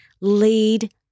lead